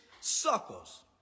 suckers